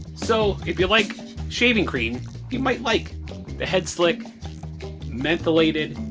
so if you like shaving cream you might like the head slick mentholated